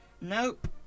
Nope